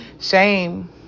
shame